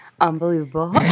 Unbelievable